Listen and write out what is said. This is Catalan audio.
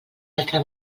altra